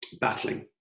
battling